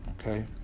okay